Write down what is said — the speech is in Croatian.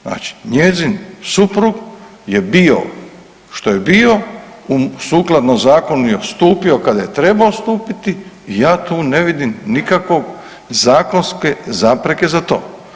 Znači njezin suprug je bio što je bio, sukladno zakonu je stupio kad je trebao stupiti i ja tu ne vidim tu nikakve zakonske zapreke za to.